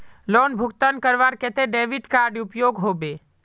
Loan भुगतान करवार केते डेबिट कार्ड उपयोग होबे?